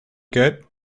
good